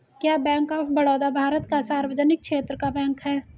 क्या bank of Baroda Bharat का सार्वजनिक क्षेत्र का बैंक है?